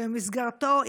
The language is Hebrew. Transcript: שבמסגרתו,